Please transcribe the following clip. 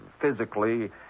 physically